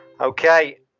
Okay